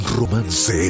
romance